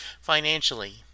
financially